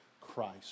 Christ